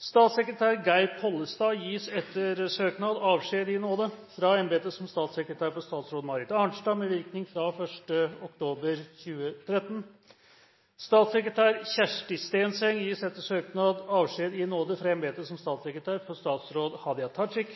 Statssekretær Geir Pollestad gis etter søknad avskjed i nåde fra embetet som statssekretær for statsråd Marit Arnstad med virkning fra og med 1. oktober 2013. Statssekretær Kjersti Stenseng gis etter søknad avskjed i nåde fra embetet som statssekretær for statsråd Hadia Tajik